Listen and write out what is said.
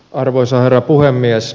arvoisa herra puhemies